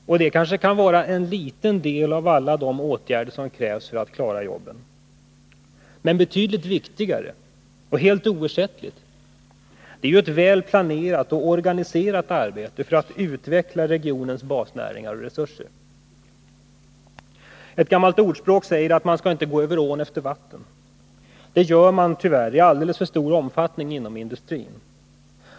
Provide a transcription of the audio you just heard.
Sådant kan kanske vara en liten del av de åtgärder som krävs för att rädda jobben, men betydligt viktigare — och helt oersättligt — är ett väl planerat och organiserat arbete för att utveckla regionens basnäringar och resurser. Ett gammalt ordspråk säger: Man skall inte gå över ån efter vatten. Det gör man tyvärr i alldeles för stor omfattning inom industrin.